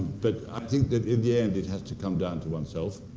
but i think that, in the end, it has to come down to one's self,